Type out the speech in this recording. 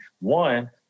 one